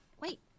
Wait